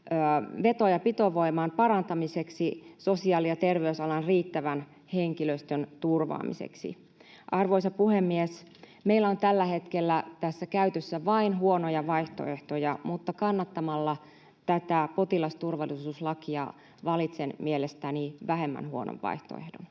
veto- ja pitovoiman parantamiseksi sosiaali- ja terveysalan riittävän henkilöstön turvaamiseksi. Arvoisa puhemies! Meillä on tällä hetkellä tässä käytössä vain huonoja vaihtoehtoja, mutta kannattamalla tätä potilasturvallisuuslakia valitsen mielestäni vähemmän huonon vaihtoehdon.